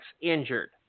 injured